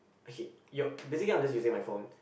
he yup basically I'm just using my phone